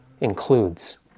includes